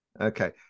Okay